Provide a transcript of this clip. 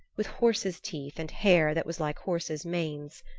with horses' teeth and hair that was like horses' manes.